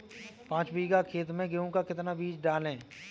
पाँच बीघा खेत में गेहूँ का कितना बीज डालें?